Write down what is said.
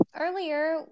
Earlier